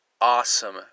awesome